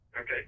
Okay